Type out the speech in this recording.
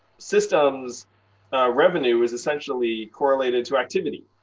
system's revenue is essentially correlated to activity.